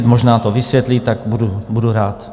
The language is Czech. Možná to vysvětlí, tak to budu rád.